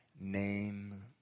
name